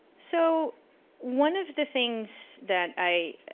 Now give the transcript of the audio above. so one of the things that i